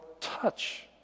touch